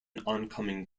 oncoming